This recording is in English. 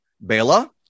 Bela